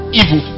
evil